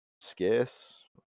scarce